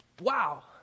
wow